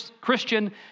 Christian